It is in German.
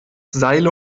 seile